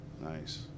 Nice